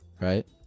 Right